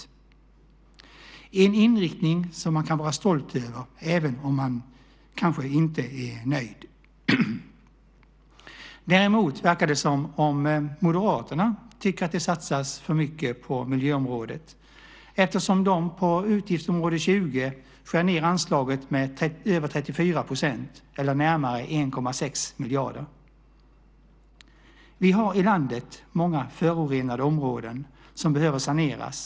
Det är en inriktning som man kan vara stolt över även om man kanske inte är nöjd. Däremot verkar det som om Moderaterna tycker att det satsas för mycket på miljöområdet eftersom de på utgiftsområde 20 skär ned anslaget med över 34 %, eller närmare 1,6 miljarder. Vi har i landet många förorenade områden som behöver saneras.